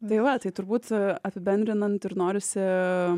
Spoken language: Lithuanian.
tai va tai turbūt apibendrinant ir norisi